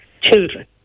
children